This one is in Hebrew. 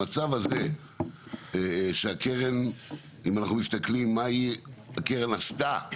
המצב הזה, שהקרן, אם אנחנו מסתכלים מה הקטן עשתה.